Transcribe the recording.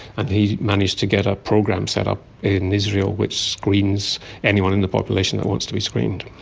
and he managed to get a program set up in israel which screens anyone in the population that wants to be screened.